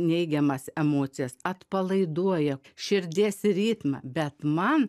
neigiamas emocijas atpalaiduoja širdies ritmą bet man